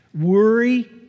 Worry